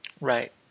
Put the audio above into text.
Right